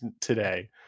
today